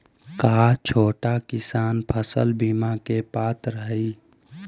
का छोटा किसान फसल बीमा के पात्र हई?